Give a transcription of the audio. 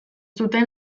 zuten